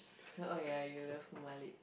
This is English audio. oh ya you love Malik